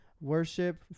worship